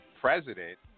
president